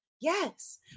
yes